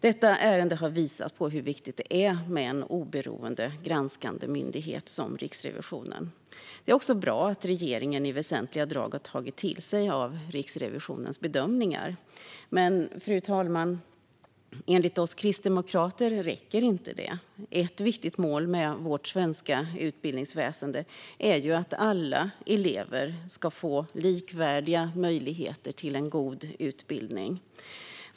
Detta har visat på hur viktigt det är med en oberoende granskande myndighet som Riksrevisionen. Det är också bra att regeringen i väsentliga drag har tagit till sig av Riksrevisionens bedömningar. Men, fru talman, enligt oss kristdemokrater räcker inte detta. Ett viktigt mål med vårt svenska utbildningsväsen är att alla elever ska få likvärdiga möjligheter till en god utbildning.